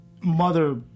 Mother